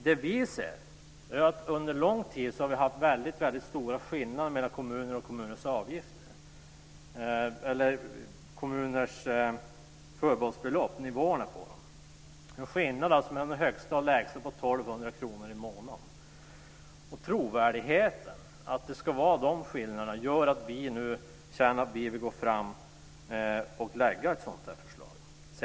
Det som vi ser är att det under lång tid har funnits stora skillnader mellan kommunerna vad gäller nivåerna på kommunernas förbehållsbelopp. Skillnaden mellan den högsta och den lägsta nivån är 1 200 kr i månaden. Dessa skillnader, och trovärdigheten, gör att vi nu känner att vi vill lägga fram ett sådant här förslag.